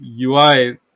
UI